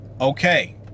okay